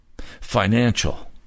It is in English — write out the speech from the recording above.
financial